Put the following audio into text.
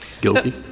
Guilty